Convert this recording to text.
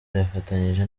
yafatanyije